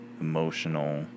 emotional